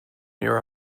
near